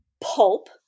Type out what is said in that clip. pulp